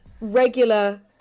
regular